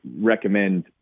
recommend